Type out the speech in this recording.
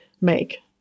make